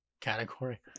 category